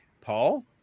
Paul